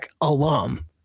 alum